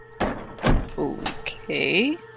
Okay